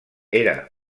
era